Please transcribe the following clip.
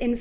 in